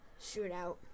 shootout